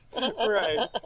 Right